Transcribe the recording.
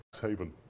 Haven